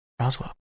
Roswell